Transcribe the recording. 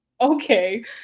okay